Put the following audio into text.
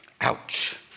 Ouch